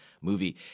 movie